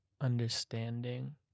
understanding